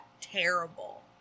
terrible